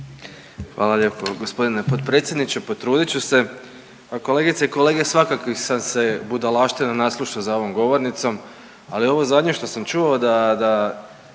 Hvala lijepo g. potpredsjedniče, potrudit ću se. Pa kolegice i kolege, svakakvih sam se budalaština naslušao za ovom govornicom, ali ovo zadnje što sam čuo da